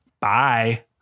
Bye